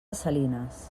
salinas